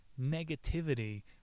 negativity